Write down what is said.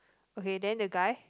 okay then the guy